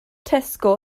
tesco